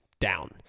down